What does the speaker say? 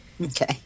Okay